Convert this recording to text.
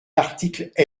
l’article